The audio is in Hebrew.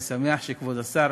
ואני שמח שכבוד השר